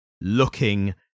looking